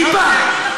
טיפה,